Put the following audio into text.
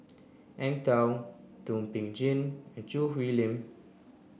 Eng Tow Thum Ping Tjin and Choo Hwee Lim